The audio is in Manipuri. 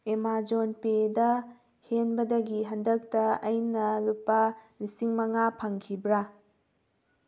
ꯑꯦꯃꯥꯖꯣꯟ ꯄꯦꯗ ꯍꯦꯟꯕꯗꯒꯤ ꯍꯟꯗꯛꯇ ꯑꯩꯅ ꯂꯨꯄꯥ ꯂꯤꯁꯤꯡ ꯃꯉꯥ ꯐꯪꯈꯤꯕ꯭ꯔꯥ